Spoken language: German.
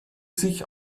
sich